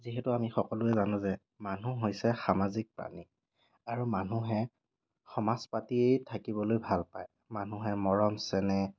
যিহেতু আমি সকলোৱে জানো যে মানুহ হৈছে সামাজিক প্ৰাণী আৰু মানুহে সমাজ পাতিয়েই থাকিবলৈ ভাল পায় মানুহে মৰম চেনেহ